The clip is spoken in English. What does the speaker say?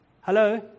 Hello